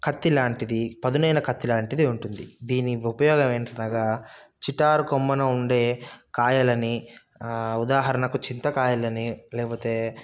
కత్తిలాంటిది పదునైన కత్తిలాంటిది ఉంటుంది దీని ఉపయోగం ఏంటనగా చిటారు కొమ్మన ఉండే కాయలని ఉదాహరణకు చింతకాయలని లేకపోతే